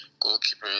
goalkeeper